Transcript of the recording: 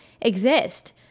exist